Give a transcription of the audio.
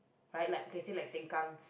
right like okay say like Sengkang